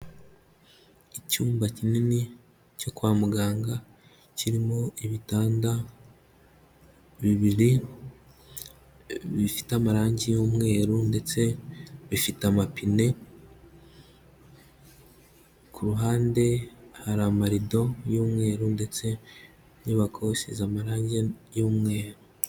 Icyumba kinini cyo kwa muganga, kirimo ibitanda bibiri bifite amarangi y'umweru ndetse bifite amapine, ku ruhande hari amarido y'umweru ndetse inyubako isize z'amarangi y'umweru.